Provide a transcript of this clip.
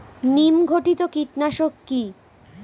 নিম ঘটিত কীটনাশক কি?